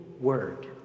word